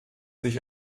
sich